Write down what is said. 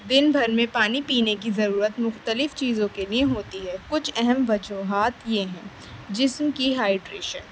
دن بھر میں پانی پینے کی ضرورت مختلف چیزوں کے لیے ہوتی ہے کچھ اہم وجوہات یہ ہیں جسم کی ہائٹڈریشن